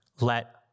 Let